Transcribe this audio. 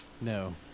no